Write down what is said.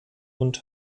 und